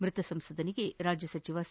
ಮೃತ ಸಂಸದನಿಗೆ ರಾಜ್ಯ ಸಚಿವ ಸಿ